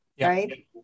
Right